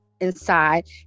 inside